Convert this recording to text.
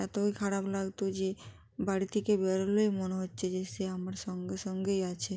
এতই খারাপ লাগত যে বাড়ি থেকে বেরোলেই মনে হচ্ছে যে সে আমার সঙ্গে সঙ্গেই আছে